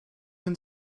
been